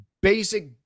basic